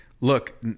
Look